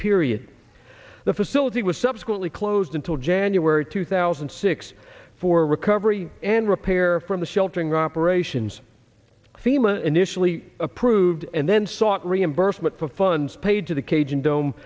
period the facility was subsequently closed until january two thousand and six for recovery and repair from the sheltering operations fema initially approved and then sought reimbursement for funds paid to the cajun dome